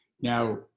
Now